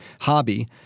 hobby